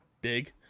big